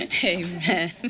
Amen